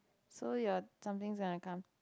so your something's gonna come